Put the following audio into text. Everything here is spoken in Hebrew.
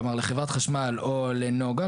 כלומר לחברת חשמל או לנגה,